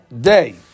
day